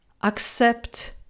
accept